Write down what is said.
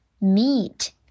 meat